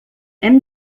hem